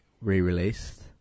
re-released